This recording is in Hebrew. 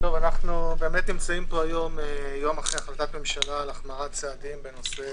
אנו נמצאים פה יום אחרי החלטת ממשלה על החמרת צעדים בנושא